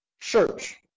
church